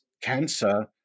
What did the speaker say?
cancer